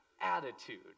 attitude